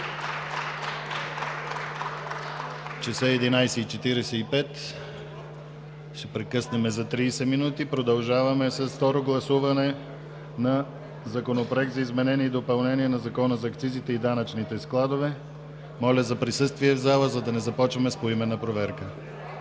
Часът е 11,45. Ще прекъснем за 30 минути. Продължаваме с второ гласуване на Законопроекта за изменение и допълнение на Закона за акцизите и данъчните складове. Моля за присъствие в зала, за да не започваме с поименна проверка.